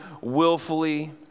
willfully